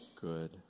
good